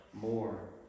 more